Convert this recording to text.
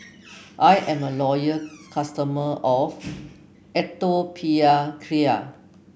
I'm a loyal customer of Atopiclair